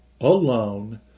alone